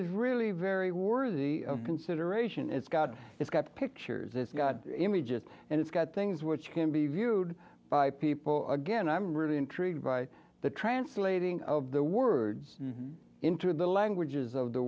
is really very worthy of consideration it's got it's got pictures it's got images and it's got things which can be viewed by people again i'm really intrigued by the translating of the words into the languages of the